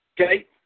Okay